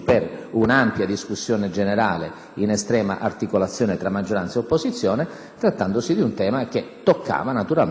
per un'ampia discussione generale in un'estrema articolazione tra maggioranza e opposizione, trattandosi di un tema che è naturalmente caro ai cittadini e su cui i Capigruppo avevano trovato l'unanimità in ordine alla condivisione di questo percorso.